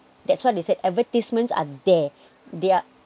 that's what they said advertisements are there they are